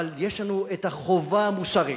אבל יש לנו החובה המוסרית,